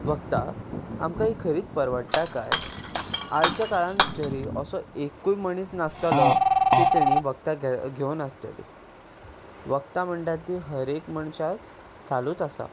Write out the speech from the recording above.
वखदां आमकां हीं खरींच परवडटा काय आयच्या काळांत तरी असो एकूय मनीस नासतलो की ताणी वखदां घे घेवुनासतलीं वखदां म्हणटात तीं दर एक मनशाक चालूच आसा